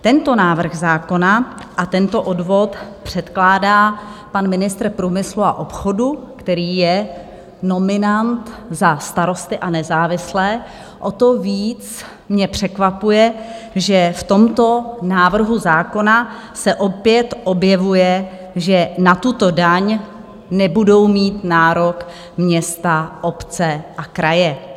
Tento návrh zákona a tento odvod předkládá pan ministr průmyslu a obchodu, který je nominant za Starosty a nezávislé, o to víc mě překvapuje, že v tomto návrhu zákona se opět objevuje, že na tuto daň nebudou mít nárok města, obce a kraje.